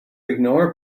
ignore